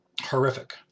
Horrific